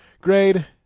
Grade